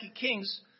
Kings